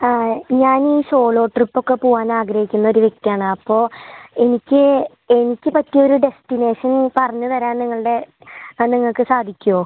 ഞാൻ ഈ solo trip ഒക്കെ പോവാൻ ആഗ്രഹിക്കുന്നൊരു വ്യക്തിയാണ് അപ്പോൾ എനിക്ക് എനിക്ക് പറ്റിയൊരു ഡെസ്റ്റിനേഷൻ പറഞ്ഞ് തരാൻ നിങ്ങളുടെ നിങ്ങൾക്ക് സാധിക്കുമോ